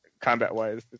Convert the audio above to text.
combat-wise